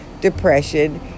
depression